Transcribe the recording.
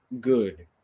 good